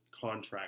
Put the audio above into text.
contract